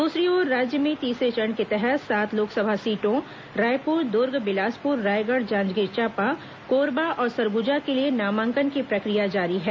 दूसरी ओर राज्य में तीसरे चरण के तहत सात लोकसभा सीटों रायपुर दुर्ग बिलासपुर रायगढ़ जांजगीर चांपा कोरबा और सरगुजा के लिए नामांकन की प्रक्रिया जारी है